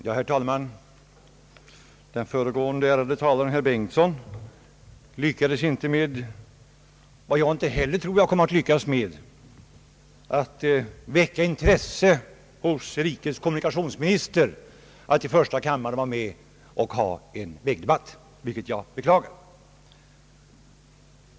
Herr talman! Den föregående ärade talaren, herr Bengtson, lyckades inte med vad jag tror att inte heller jag kommer att lyckas med — att väcka intresse hos rikets kommunikationsminister för att föra en vägdebatt i första kammaren. Jag beklagar att han inte vill det.